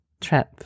trip